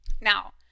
Now